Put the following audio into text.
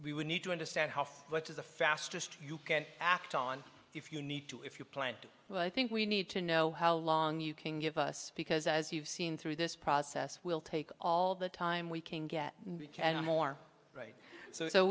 would need to understand how what is the fastest you can act on if you need to if you plan to but i think we need to know how long you can give us because as you've seen through this process will take all the time we can get we can more right so